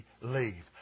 Leave